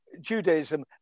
Judaism